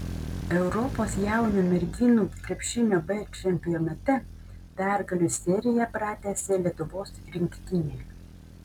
europos jaunių merginų krepšinio b čempionate pergalių seriją pratęsė lietuvos rinktinė